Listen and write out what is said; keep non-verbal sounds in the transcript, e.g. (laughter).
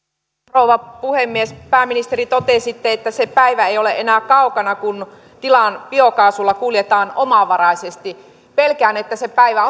rouva puhemies pääministeri totesitte että se päivä ei ole enää kaukana kun tilan biokaasulla kuljetaan omavaraisesti pelkään että se päivä (unintelligible)